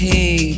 Hey